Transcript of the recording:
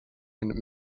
and